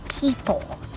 people